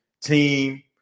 team